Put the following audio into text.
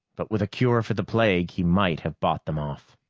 but with a cure for the plague, he might have bought them off.